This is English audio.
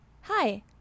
Hi